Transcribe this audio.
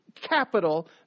capital